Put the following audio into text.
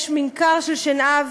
יש ממכר של שנהב,